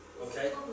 Okay